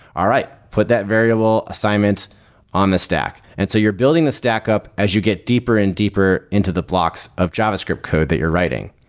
all right, put that variable assignment on the stack. and so you're building the stack up as you get deeper and deeper into the blocks of javascript code that you're writing.